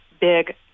big